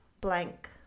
blank